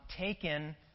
taken